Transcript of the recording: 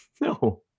No